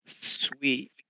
Sweet